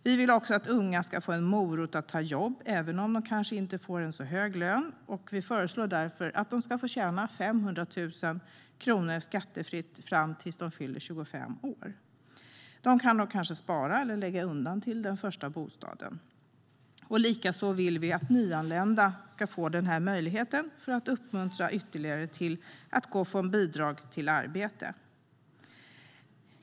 Vi vill också att unga ska få en morot att ta jobb, även om de kanske inte får en så hög lön. Vi föreslår därför att de ska få tjäna 500 000 kronor skattefritt fram till de fyller 25 år. De kan då kanske spara eller lägga undan till den första bostaden. Likaså vill vi att nyanlända ska få denna möjlighet för att ytterligare uppmuntra att gå från bidrag till arbete.